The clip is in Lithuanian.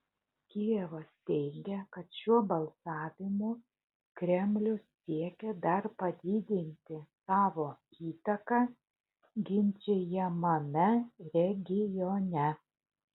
kijevas teigia kad šiuo balsavimu kremlius siekė dar padidinti savo įtaką ginčijamame regione